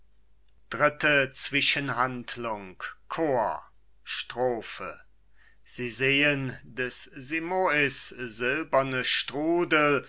chor strophe sie sehen des simois silberne strudel